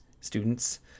students